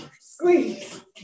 Squeeze